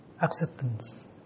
acceptance